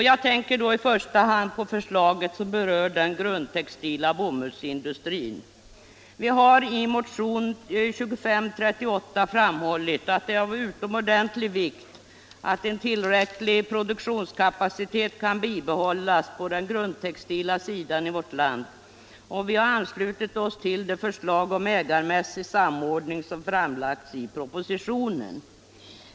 Jag tänker då i första hand på förslaget som berör den grund Vi har i motionen 2538 framhållit att det är av utomordentlig vikt att en tillräcklig produktionskapacitet kan bibehållas på den grundtextila sidan i vårt land, och vi har anslutit oss till det förslag om ägarrättslig samordning som framlagts i propositionen.